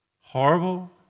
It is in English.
horrible